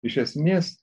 iš esmės